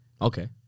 Okay